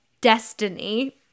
destiny